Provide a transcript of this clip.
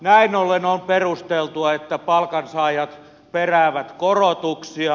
näin ollen on perusteltua että palkansaajat peräävät korotuksia